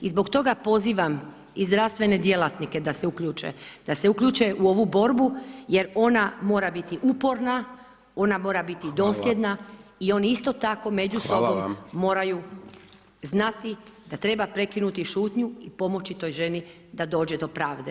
I zbog toga pozivam i zdravstvene djelatnike da se uključe, da se uključe u ovu borbu jer ona mora biti uporna, ona mora biti dosljedna [[Upadica: Hvala.]] i oni isto tako međusobno moraju znati da treba prekinuti šutnju i pomoći toj ženi da dođe do pravde.